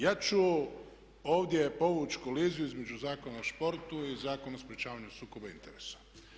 Ja ću ovdje povući koliziju između Zakona o športu i Zakona o sprječavanju sukoba interesa.